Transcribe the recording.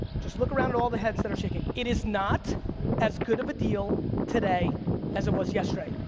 just look around all the heads that are shaking. it is not as good of a deal today as it was yesterday.